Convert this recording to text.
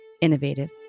innovative